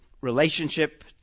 relationship